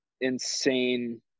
insane